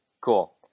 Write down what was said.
Cool